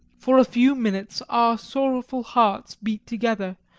for a few minutes our sorrowful hearts beat together,